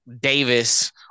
Davis